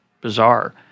bizarre